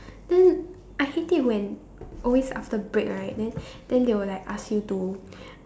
then I hate it when always after break right then then they will like ask you to